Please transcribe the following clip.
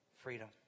freedom